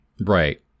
Right